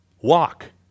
Walk